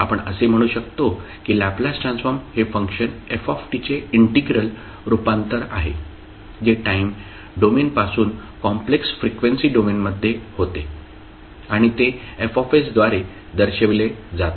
आपण असे म्हणू शकतो की लॅपलास ट्रान्सफॉर्म हे फंक्शन f चे इंटिग्रल रूपांतर आहे जे टाइम डोमेनपासून कॉम्प्लेक्स फ्रिक्वेंसी डोमेनमध्ये होते आणि ते F द्वारे दर्शविले जाते